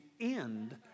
end